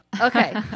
Okay